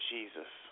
Jesus